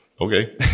Okay